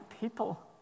people